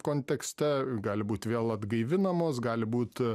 kontekste gali būt vėl atgaivinamos gali būt